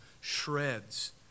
shreds